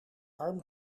arm